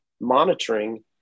monitoring